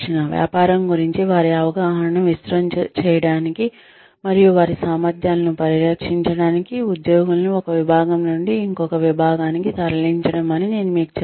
వ్యాపారం గురించి వారి అవగాహనను విస్తృతం చేయడానికి మరియు వారి సామర్థ్యాలను పరీక్షించడానికి ఉద్యోగులను ఒక విభాగం నుండి ఇంకొక విభాగానికి తరలించడం అని నేను మీకు చెప్పాను